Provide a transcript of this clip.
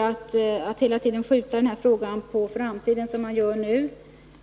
Att hela tiden skjuta frågan på framtiden, som hon nu